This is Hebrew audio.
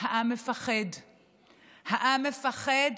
העם מפחד,